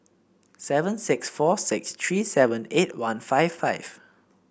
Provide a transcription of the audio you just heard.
seven six four six three seven eight one five five